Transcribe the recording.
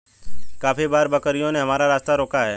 काफी बार बकरियों ने हमारा रास्ता रोका है